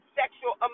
sexual